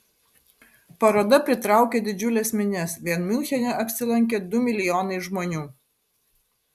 paroda pritraukė didžiules minias vien miunchene apsilankė du milijonai žmonių